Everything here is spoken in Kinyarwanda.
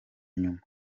nyuma